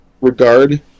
regard